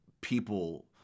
people